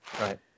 right